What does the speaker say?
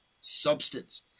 substance